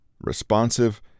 responsive